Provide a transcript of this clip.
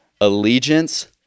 allegiance